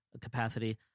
capacity